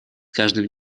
каждым